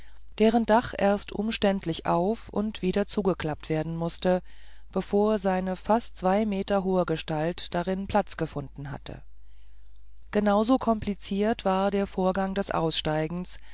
deren dach erst umständlich auf und wieder zugeklappt werden mußte bevor seine fast zwei meter hohe gestalt darin platz gefunden hatte genauso kompliziert war der vorgang des aussteigens